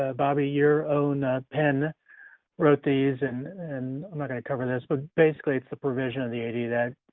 ah bobby, your own ah pen wrote these, and and i'm not gonna cover this, but basically it's a provision of the ada that